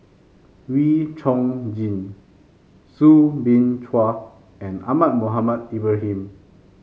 Wee Chong Jin Soo Bin Chua and Ahmad Mohamed Ibrahim